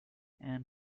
and